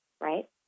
right